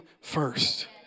first